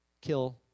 kill